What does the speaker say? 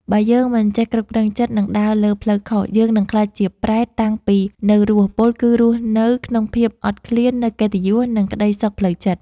បើយើងមិនចេះគ្រប់គ្រងចិត្ត និងដើរលើផ្លូវខុស យើងនឹងក្លាយជា ប្រេត តាំងពីនៅរស់ ពោលគឺរស់នៅក្នុងភាពអត់ឃ្លាននូវកិត្តិយស និងក្ដីសុខផ្លូវចិត្ត។